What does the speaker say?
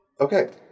Okay